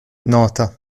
nota